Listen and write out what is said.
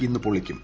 ഇന്ന് പൊളിക്കും